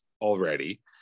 already